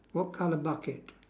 what colour bucket